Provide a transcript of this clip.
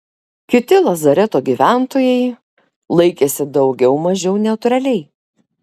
kiti lazareto gyventojai laikėsi daugiau mažiau neutraliai